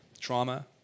Trauma